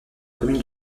commune